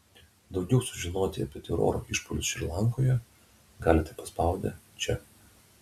daugiau sužinoti apie teroro išpuolius šri lankoje galite paspaudę čia